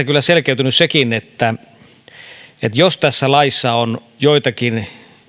kyllä selkeytynyt sekin että jos tässä laissa on joitakin